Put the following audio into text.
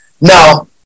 Now